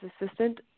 assistant